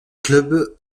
club